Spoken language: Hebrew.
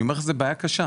אני אומר לך שזאת בעיה קשה.